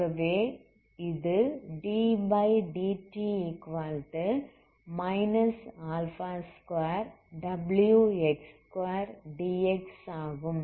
ஆகவே இது dEdt 2wx2dx⏟Bஆகும்